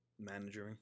managing